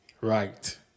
Right